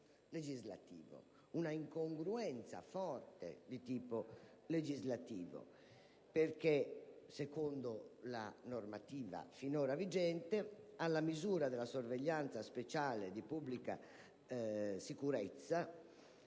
normativo e un'incongruenza forte di tipo legislativo. Infatti, secondo la normativa finora vigente, alla misura della sorveglianza speciale di pubblica sicurezza